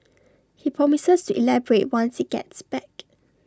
he promises to elaborate once he gets back